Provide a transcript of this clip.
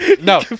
No